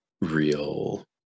real